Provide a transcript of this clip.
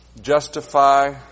justify